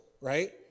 right